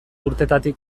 urtetatik